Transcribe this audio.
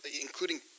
including